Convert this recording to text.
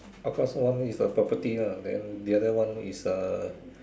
of course one is property lah then the other one is uh